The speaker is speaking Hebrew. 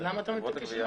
אז למה אתה מתעקש?